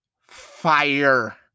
Fire